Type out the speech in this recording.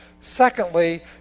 secondly